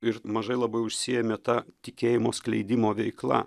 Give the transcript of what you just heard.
ir mažai labai užsiėmė ta tikėjimo skleidimo veikla